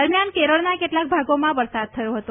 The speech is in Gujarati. દરમ્યાન કેરળનાં કેટલાંક ભાગોમાં વરસાદ થયો હતો